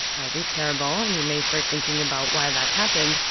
that would be terrible and you may start thinking about why that happened.